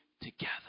Together